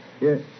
Yes